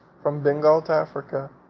from bengal to africa,